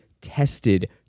tested